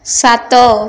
ସାତ